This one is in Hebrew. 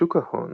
בשוק ההון,